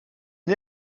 née